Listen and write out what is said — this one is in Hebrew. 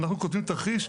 אנחנו כותבים תרחיש,